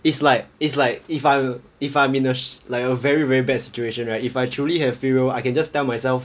it's like it's like if I'm if I'm in a sh~ like a very very bad situation right if I truly have free will I can just tell myself